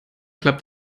klappt